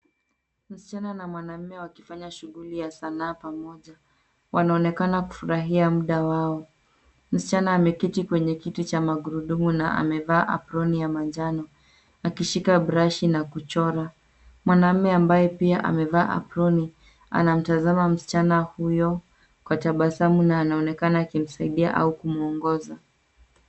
Msichana na mwanaume wakifanya shughuli ya sanaa pamoja. Wanaonekana kufurahia mda wao. Msichana ameketi kwenye kiti cha magurudumu na amevaa aproni ya manjano akishika brush na kuchora. Mwanaume ambaye pia amevaa aproni anamtazama msichana huyo kwa tabasamu na anaonekana akimsaidia au kumwongoza.